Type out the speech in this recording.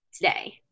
today